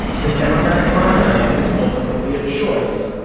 the democratic primary is ultimately a choice,